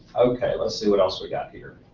okay, let's see what else we've got here.